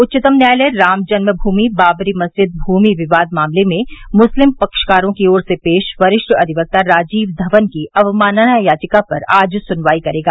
उच्चतम न्यायालय राम जन्म भूमि बाबरी मस्जिद भूमि विवाद मामले में मुस्लिम पक्षकारों की ओर से पेश वरिष्ठ अधिक्ता राजीव धवन की अवमानना याचिका पर आज सुनवाई करेगा